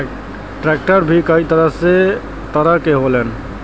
tractor भी कई तरह के होलन